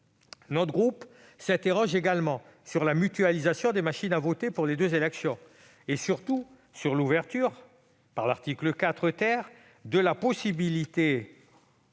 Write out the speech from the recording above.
Notre groupe s'interroge également sur la mutualisation des machines à voter pour les deux élections et surtout sur l'ouverture par l'article 4 de la possibilité